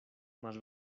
más